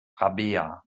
rabea